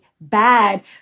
bad